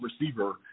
receiver